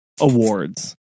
awards